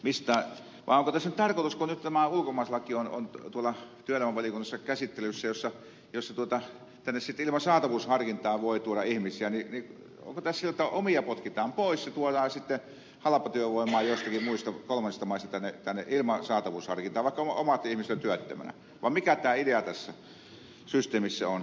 vai onko tässä nyt tarkoitus kun tämä ulkomaalaislaki on tuolla työelämävaliokunnassa käsittelyssä jossa tänne sitten ilman saatavuusharkintaa voi tuoda ihmisiä niin onko tässä asia niin jotta omia potkitaan pois ja tuodaan sitten halpatyövoimaa joistakin muista kolmansista maista tänne ilman saatavuusharkintaa vaikka omat ihmiset ovat työttömänä vai mikä tämä idea tässä systeemissä on